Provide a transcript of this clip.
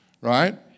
Right